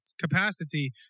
capacity